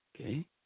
okay